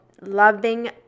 loving